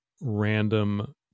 random